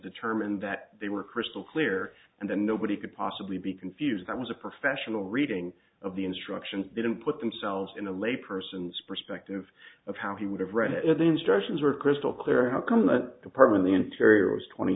determined that they were crystal clear and then nobody could possibly be confused that was a professional reading of the instructions they didn't put themselves in a lay person's perspective of how he would have read the instructions are crystal clear how come that part of the interior was twenty